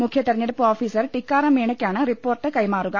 മുഖ്യതെരഞ്ഞെടുപ്പ് officer Tikaram മീണയ്ക്കാണ് report കൈമാറുക